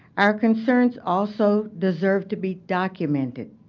our concerns also deserve to be documented.